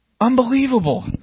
unbelievable